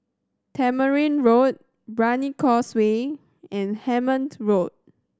Tamarind Road Brani Causeway and Hemmant Road